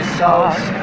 sauce